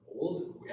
old